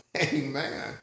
amen